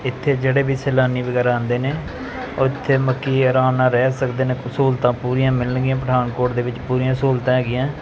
ਅਤੇ ਇੱਥੇ ਜਿਹੜੇ ਵੀ ਸੈਲਾਨੀ ਵਗੈਰਾ ਆਉਂਦੇ ਨੇ ਔਰ ਇੱਥੇ ਮਲਕੀ ਆਰਾਮ ਨਾਲ ਰਹਿ ਸਕਦੇ ਨੇ ਸਹੂਲਤਾਂ ਪੂਰੀਆਂ ਮਿਲਣਗੀਆਂ ਪਠਾਨਕੋਟ ਦੇ ਵਿੱਚ ਪੂਰੀਆਂ ਸਹੂਲਤਾਂ ਹੈਗੀਆਂ